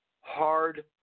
hard